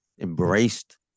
embraced